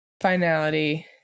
finality